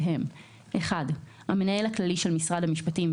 והם: (1)המנהל הכללי של משרד המשפטים,